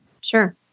Sure